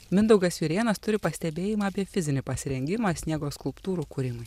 mindaugas jurėnas turi pastebėjimą apie fizinį pasirengimą sniego skulptūrų kūrimui